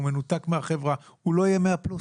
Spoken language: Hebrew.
ומנותק מהחברה הוא לא יהיה 100+?